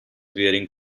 wearing